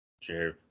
Sure